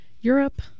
Europe